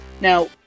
now